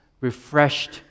refreshed